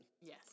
Yes